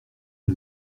une